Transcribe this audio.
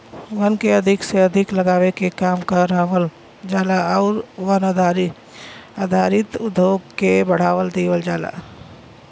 वन के अधिक से अधिक लगावे के काम करावल जाला आउर वन आधारित उद्योग के बढ़ावा देवल जाला